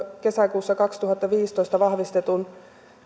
kesäkuussa kaksituhattaviisitoista vahvistetun